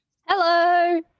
Hello